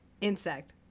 insect